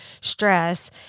stress